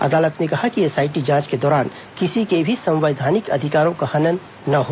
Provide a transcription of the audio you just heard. अदालत ने कहा है कि एसआईटी जांच के दौरान किसी के भी संवैधानिक अधिकारों का हनन ना हो